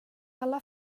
alla